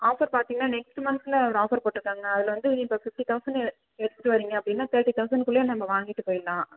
offer பார்த்தீங்கன்னா next மன்த்தில் ஒரு ஆஃபர் போட்டிருக்காங்க அதில் வந்து இப்போது ஃபிஃப்டி தௌசண்ட்னு எடுத்துகிட்டு வரீங்க அப்படின்னா தேர்ட்டி தௌசண்ட்னுக்குள்ளேயே நம்ம வாங்கிகிட்டு போயிடலாம்